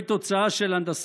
מהנדס